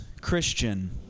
Christian